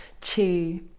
two